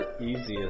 Easiest